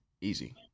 easy